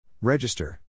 Register